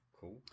Cool